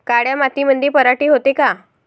काळ्या मातीमंदी पराटी होते का?